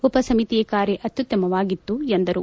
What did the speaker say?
ಉಪ ಸಮಿತಿ ಕಾರ್ಯ ಅತ್ಯುತ್ತಮವಾಗಿತ್ತು ಎಂದರು